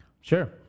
Sure